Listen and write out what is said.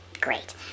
great